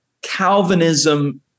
calvinism